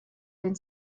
den